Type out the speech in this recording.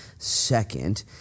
Second